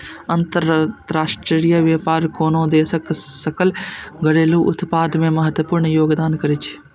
अंतरराष्ट्रीय व्यापार कोनो देशक सकल घरेलू उत्पाद मे महत्वपूर्ण योगदान करै छै